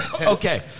Okay